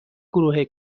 گروه